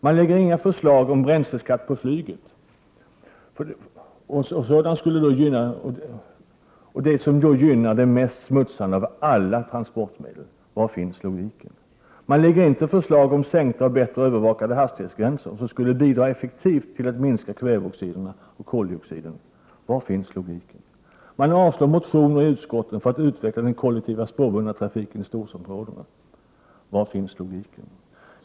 Man lägger fram förslag om bränsleskatt på flyget, som ju är det mest smutsande av alla transportmedel. Var finns logiken? Man lägger inte fram förslag om sänkta och bättre övervakade hastighetsgränser som effektivt skulle bidra till att minska kväveoxiderna och koldioxiden. Var finns logiken? Man avstyrker motioner i utskottet för att utveckla den kollektiva spårbundna trafiken i storstadsområdena. Var finns logiken?